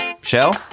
Shell